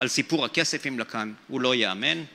על סיפור הכספים לאקאן הוא לא יאמן